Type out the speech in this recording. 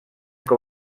com